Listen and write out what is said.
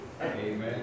Amen